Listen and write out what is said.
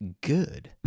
good